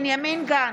בנימין גנץ,